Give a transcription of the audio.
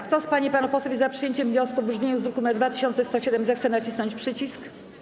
Kto z pań i panów posłów jest za przyjęciem wniosku w brzmieniu z druku nr 2107, zechce nacisnąć przycisk.